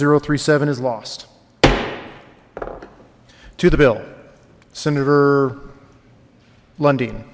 zero thirty seven is lost to the bill senator london